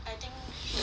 she never buy mah